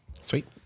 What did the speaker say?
sweet